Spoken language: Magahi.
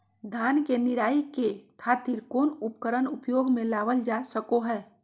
धान के निराई के खातिर कौन उपकरण उपयोग मे लावल जा सको हय?